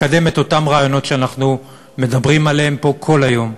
לקדם את אותם רעיונות שאנחנו מדברים עליהם פה כל היום.